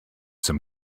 some